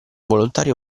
volontario